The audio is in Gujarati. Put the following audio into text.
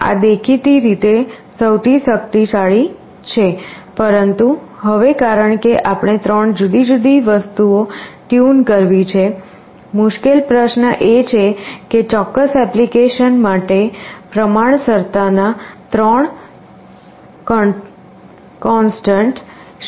આ દેખીતી રીતે સૌથી શક્તિશાળી છે પરંતુ હવે કારણ કે આપણે 3 જુદી જુદી વસ્તુઓ ટ્યુન કરવી છે મુશ્કેલ પ્રશ્ન એ છે કે ચોક્કસ એપ્લિકેશન માટે પ્રમાણસરતાનાં 3 કોન્સ્ટન્ટ શું હશે